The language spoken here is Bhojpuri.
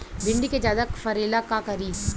भिंडी के ज्यादा फरेला का करी?